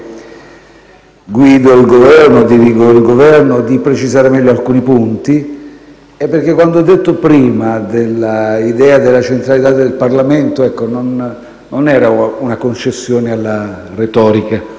noi e a me, che guido il Governo, di precisare meglio alcuni punti. E perché quando prima ho parlato dell'idea della centralità del Parlamento, non era una concessione alla retorica.